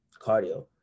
cardio